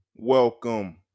welcome